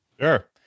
Sure